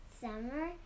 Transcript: summer